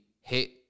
hit